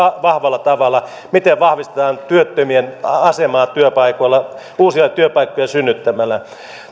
vahvalla tavalla miten vahvistetaan työttömien asemaa työpaikoilla uusia työpaikkoja synnyttämällä